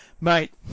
Mate